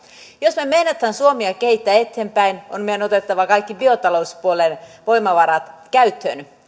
jos me meinaamme suomea kehittää eteenpäin on meidän otettava kaikki biotalouspuolen voimavarat käyttöön